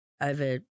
over